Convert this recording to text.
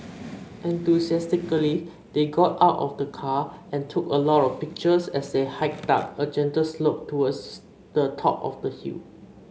enthusiastically they got out of the car and took a lot of pictures as they hiked up a gentle slope towards the top of the hill